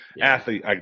athlete